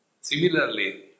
Similarly